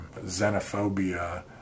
xenophobia